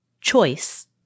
choice